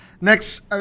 Next